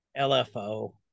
LFO